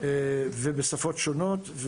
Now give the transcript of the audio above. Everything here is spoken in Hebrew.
ובשפות שונות.